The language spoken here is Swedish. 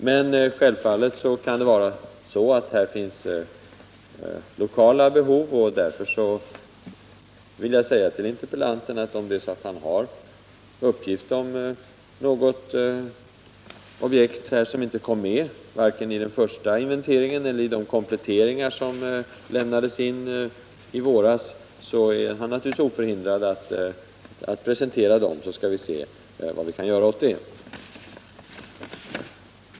Men självfallet kan det därutöver finnas lokala behov, och jag vill därför säga till interpellanten att han, om han har uppgift om något objekt som inte kom med vare sig i den första inventeringen eller i de kompletteringar som gjordes i våras, naturligtvis är oförhindrad att presentera dem. Vi får då se vad vi kan göra åt dem.